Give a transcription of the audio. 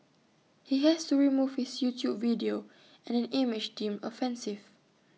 he has to remove his YouTube video and an image deemed offensive